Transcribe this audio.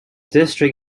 district